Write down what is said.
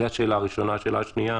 השאלה השנייה